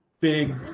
big